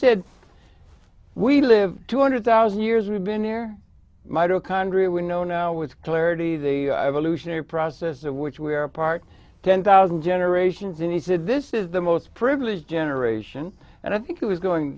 said we live two hundred thousand years we've been here mitochondria we know now with clarity the evolutionary process of which we are a part ten thousand generations and he said this is the most privileged generation and i think it was going